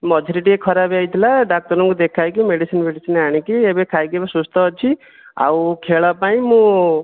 ମଝିରେ ଟିକିଏ ଖରାପ ହୋଇଯାଇଥିଲା ଡାକ୍ତରଙ୍କୁ ଦେଖାହେଇକି ମେଡ଼ିସିନ୍ ଫେଡ଼ିସିନ୍ ଆଣିକି ଖାଇକି ଏବେ ସୁସ୍ଥ ଅଛି ଆଉ ଖେଳ ପାଇଁ ମୁଁ